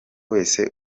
wese